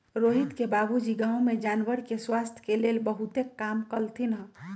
रोहित के बाबूजी गांव में जानवर के स्वास्थ के लेल बहुतेक काम कलथिन ह